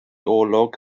olwg